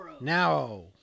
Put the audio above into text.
now